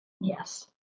Yes